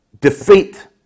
defeat